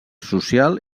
social